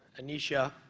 anisha.